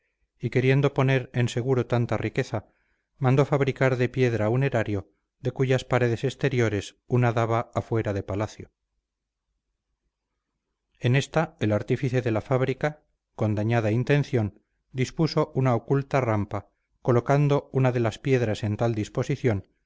y queriendo poner en seguro tanta riqueza mandó fabricar de piedra un erario de cuyas paredes exteriores una daba afuera de palacio en esta el artífice de la fábrica con dañada intención dispuso una oculta trampa colocando una de las piedras en tal disposición